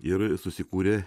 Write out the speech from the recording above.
ir susikūrė